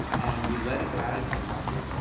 and we let it go out into the market,